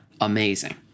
Amazing